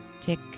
Tick